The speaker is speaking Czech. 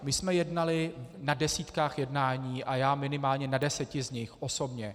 My jsme jednali na desítkách jednání a já minimálně na deseti z nich osobně.